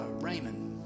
Raymond